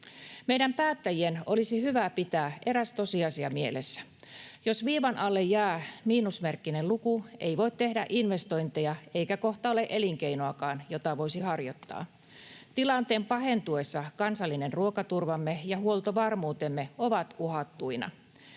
Meidän päättäjien olisi hyvä pitää eräs tosiasia mielessä: jos viivan alle jää miinusmerkkinen luku, ei voi tehdä investointeja eikä kohta ole elinkeinoakaan, jota voisi harjoittaa. Tilanteen pahentuessa kansallinen ruokaturvamme ja huoltovarmuutemme ovat uhattuina.